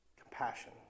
Compassion